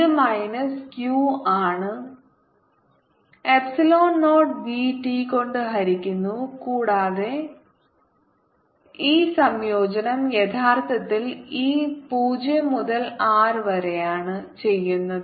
ഇത് minus q ആണ് epsilon naught V T കൊണ്ട് ഹരിക്കുന്നു കൂടാതെ ഈ സംയോജനം യഥാർത്ഥത്തിൽ ഈ 0 മുതൽ R വരെയാണ് ചെയ്യുന്നത്